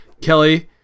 Kelly